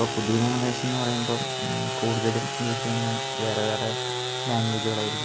ഇപ്പം പുതിയ ജെനറേഷന്ന്ന് പറയുമ്പം കൂടുതലും യൂസ് ചെയ്യുന്നത് വേറെ വേറെ ലാങ്വേജ്കൾ ആയിരിക്കും